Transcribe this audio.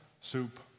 soup